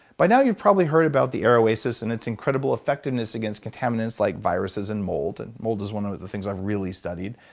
by now you've probably heard about the air oasis and its incredible effectiveness against contaminants like viruses and mold, and mold is one of the things i've really studied,